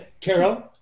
Carol